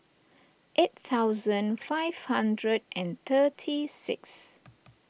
eight thousand five hundred and thirty six